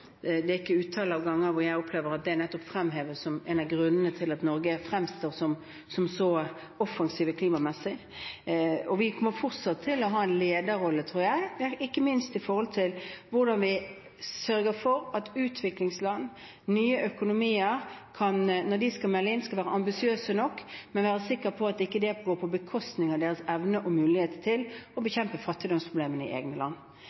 Det er ikke få ganger jeg opplever at den nettopp fremheves som en av grunnene til at Norge fremstår som så offensive klimamessig. Vi kommer fortsatt til å ha en lederrolle, tror jeg, ikke minst i hvordan vi sørger for at utviklingsland, nye økonomier – når de skal melde inn målsettinger – skal være ambisiøse nok, men også være sikker på at det ikke går på bekostning av deres evne og mulighet til å bekjempe fattigdomsproblemene i eget land.